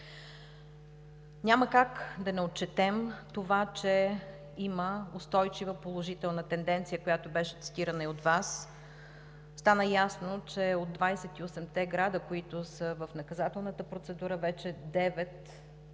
Няма как да не отчетем това, че има устойчива положителна тенденция, която беше цитирана и от Вас. Стана ясно, че от 28-те града, които са в наказателната процедура, вече девет